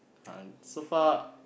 uh so far